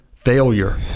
Failure